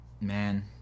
man